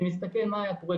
נסתכל מה היה קורה,